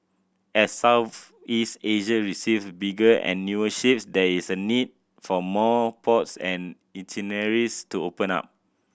as Southeast Asia receives bigger and newer ship there is a need for more ports and itineraries to open up